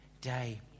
day